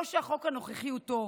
לא שהחוק הנוכחי הוא טוב.